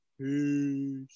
Peace